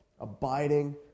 abiding